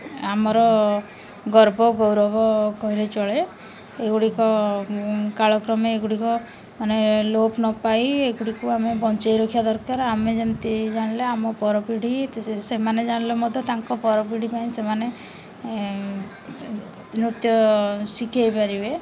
ଆମର ଗର୍ବ ଗୌରବ କହିଲେ ଚଳେ ଏଗୁଡ଼ିକ କାଳକ୍ରମେ ଏଗୁଡ଼ିକ ମାନେ ଲୋପ ନ ପାଇ ଏଗୁଡ଼ିକୁ ଆମେ ବଞ୍ଚାଇ ରଖିବା ଦରକାର ଆମେ ଯେମିତି ଜାଣିଲେ ଆମ ପରପିଢ଼ି ସେମାନେ ଜାଣିଲେ ମଧ୍ୟ ତାଙ୍କ ପରପିଢ଼ି ପାଇଁ ସେମାନେ ନୃତ୍ୟ ଶିଖାଇ ପାରିବେ